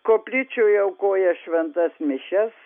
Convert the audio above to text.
koplyčioje aukoja šventas mišias